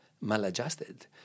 maladjusted